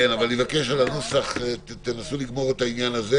מבקש שבנוסח תנסו לגמור את העניין הזה